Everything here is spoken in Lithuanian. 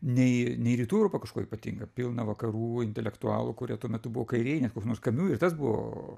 nei nei rytų europa kažkuo ypatinga pilna vakarų intelektualų kurie tuo metu buvo kairieji net koks nors kamiu ir tas buvo